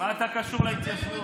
מה אתה קשור להתיישבות?